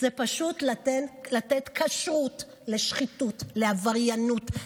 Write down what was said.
זה פשוט לתת כשרות לשחיתות, לעבריינות.